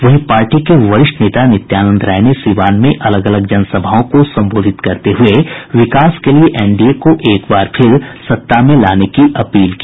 वहीं पार्टी के वरिष्ठ नेता नित्यानंद राय ने सीवान में अलग अलग जनसभाओं को संबोधित करते हुये विकास के लिए एनडीए को एक बार फिर सत्ता में लाने की अपील की